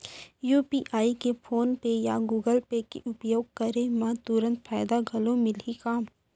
UPI के PhonePe या Google Pay के उपयोग करे म तुरंत फायदा घलो मिलही का?